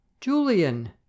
Julian